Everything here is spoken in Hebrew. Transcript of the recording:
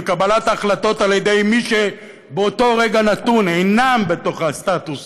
וקבלת החלטות על ידי מי שבאותו רגע נתון אינם בתוך הסטטוס